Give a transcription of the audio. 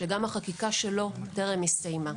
שגם החקיקה שלה טרם הסתיימה.